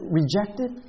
rejected